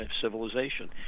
civilization